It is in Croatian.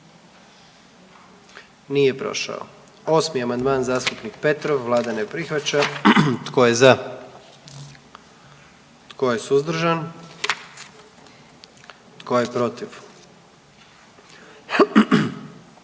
dio zakona. 44. Kluba zastupnika SDP-a, vlada ne prihvaća. Tko je za? Tko je suzdržan? Tko je protiv?